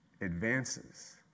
advances